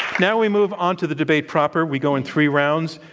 now we move on to the debate proper. we go in three rounds.